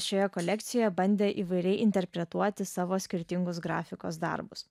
šioje kolekcijoje bandė įvairiai interpretuoti savo skirtingus grafikos darbus